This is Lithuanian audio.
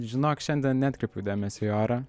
žinok šiandien neatkreipiau dėmesio į orą